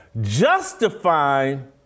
justifying